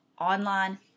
online